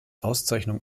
auszeichnung